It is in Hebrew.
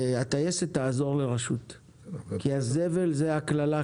והטייסת תעזור לרשות, כי הזבל הוא קללה.